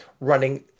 running